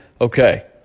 okay